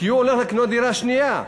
כי הוא הולך לקנות דירה שנייה,